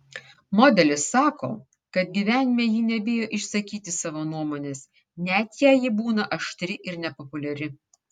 modelis sako kad gyvenime ji nebijo išsakyti savo nuomonės net jei ji būna aštri ir nepopuliari